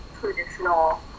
traditional